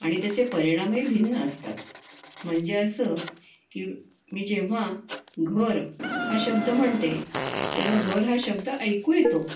आणि त्याचे परिणामही भिन्न असतात म्हणजे असं की मी जेव्हा घर हा शब्द म्हणते तेव्हा घर हा शब्द ऐकू येतो